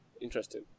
interesting